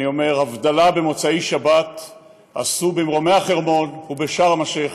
אני אומר: הבדלה במוצאי שבת עשו במרומי החרמון ובשארם א-שיח',